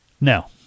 Now